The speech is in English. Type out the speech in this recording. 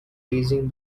raising